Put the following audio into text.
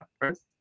first